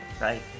Right